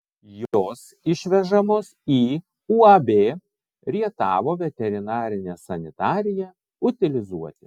jos išvežamos į uab rietavo veterinarinę sanitariją utilizuoti